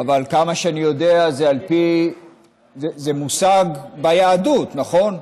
אבל כמה שאני יודע, זה מושג ביהדות, נכון?